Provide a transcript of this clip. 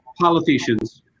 politicians